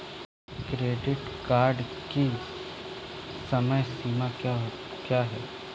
Credit card की समय सीमा क्या है?